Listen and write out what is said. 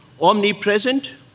omnipresent